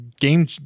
game